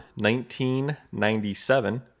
1997